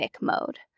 mode